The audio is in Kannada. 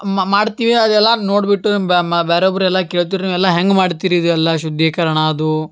ಮ ಮಾಡ್ತೀವಿ ಅದೆಲ್ಲ ನೋಡ್ಬಿಟ್ಟು ಬೆ ಮ ಬೇರೆ ಒಬ್ಬರು ಎಲ್ಲ ಕೇಳ್ತಿರ ನೀವು ಎಲ್ಲ ಹೆಂಗೆ ಮಾಡ್ತಿರಿ ಇದು ಎಲ್ಲ ಶುದ್ಧೀಕರಣ ಅದು